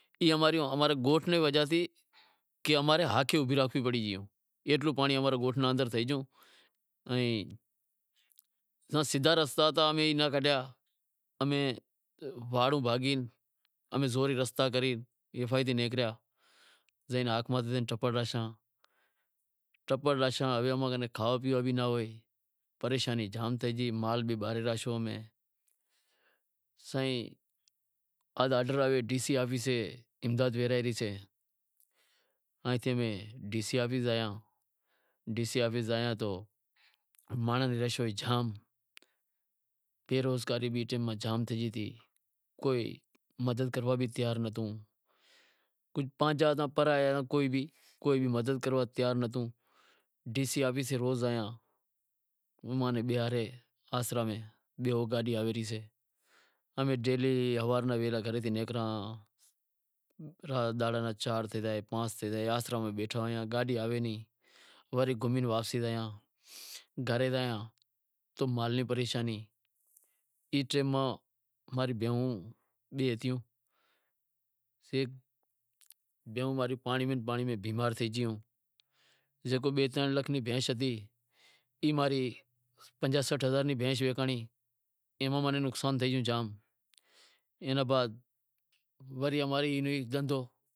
ای ہمارے گوٹھ تی حالت تھی کہ ہمیں سیدہا رستا ناں کاڈھیا، امیں واڑو بھاگی، زوری رستا کری پسے نیکریا، کہ ٹپڑ راکھشاں، امارے کن کھاوا پیوا کن بھی کیں ناں ہوئے، پریشانی، جام تھئے گی، مال بھی پالے رکھشو امیں، سائیں آز آرڈر آیو کہ ڈی سی آفیس ماہ امداد ورہائی رہی سے، ائیں تھے امیں ڈی سی آفیس زایاں، ڈی سی آفیس زایاں تو مانڑاں ری رش ہوئے جام، بیروزگاری بھی جام تھے گئی ہتی، کوئی مدد کروا بھی تیار نتھو، پانجا تا پرایا کوئی مدد کرنڑ لا بھی تیار نتھو ڈی سی آفیس روز آواں، امیں بیہارے آسراں ماں کہ بیہو او گاڈی آوے رہی سے، امیں ہوارے ویہلا کرے نیکراں دہاڑا چار تھے زائیں پانس تھے زائیں، گاڈی آئے نیں، وری گھمی واپس گھرے زایاں تو مال ری پریشانی، ای ٹیم ماہ ماں رو مینہوں بھی بھیگوں ہتیوں، ای پانڑی میں بیمار تھی گیوں، زکو بھی ترن لاکھ ری بھینش ہتی ای اماری پنجاہ سٹھ ری بھینس ویسانڑی۔